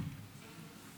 כבוד היושבת-ראש,